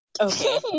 Okay